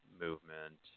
movement